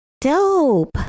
dope